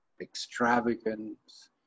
extravagance